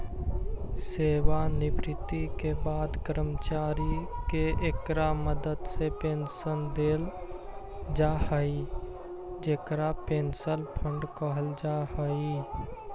सेवानिवृत्ति के बाद कर्मचारि के इकरा मदद से पेंशन देल जा हई जेकरा पेंशन फंड कहल जा हई